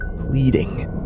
pleading